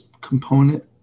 component